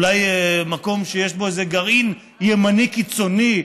אולי מקום שיש בו איזה גרעין ימני קיצוני,